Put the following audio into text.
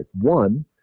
One